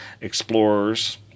explorers